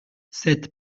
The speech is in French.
sept